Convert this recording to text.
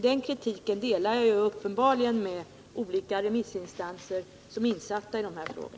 Den kritiken delar jag uppenbarligen med de remissinstanser som är insatta i dessa frågor.